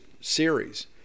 series